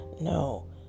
No